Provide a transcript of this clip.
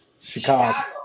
Chicago